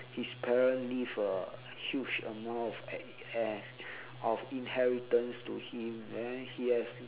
his parents leave a huge amount of of inheritance to him then he has